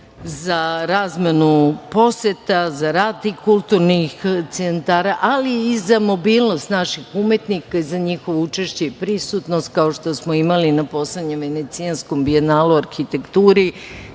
za razmenu poseta, za rad tih kulturnih centara, ali i za mobilnost naših umetnika, za njihovo učešće i prisutnost, kao što smo imali na poslednjem Venecijanskom Bijenalu arhitekturi